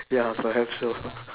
ya perhaps so